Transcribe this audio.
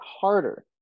harder